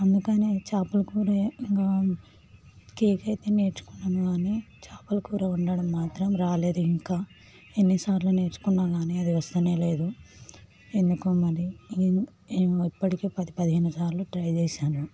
అందుకనే చాపల కూరే ఇంకా కేక్ అయితే నేర్చుకున్నాను గానీ చాపల కూర వండడం మాత్రం రాలేదు ఇంకా ఎన్నిసార్లు నేర్చుకున్నా గానీ అది వస్తూనే లేదు ఎందుకో మరి ఇప్పటికీ పది పదిహేను సార్లు ట్రై చేశాను